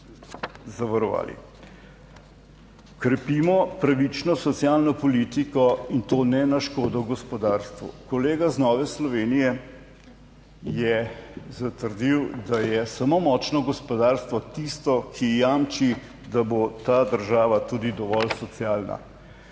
Krepimo pravično socialno politiko, in to ne na škodo gospodarstva. Kolega iz Nove Slovenije je zatrdil, da je samo močno gospodarstvo tisto, ki jamči, da bo ta država tudi dovolj socialna.